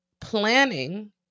planning